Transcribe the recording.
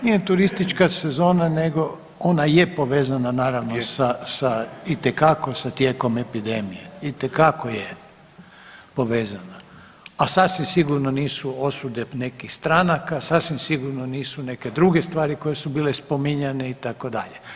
Nije turistička sezona, nego ona je povezana naravno sa itekako tijekom epidemije, itekako je povezana, a sasvim sigurno nisu osude nekih stranaka, sasvim sigurno nisu neke druge stvari koje su bile spominjane itd.